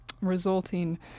resulting